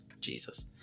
Jesus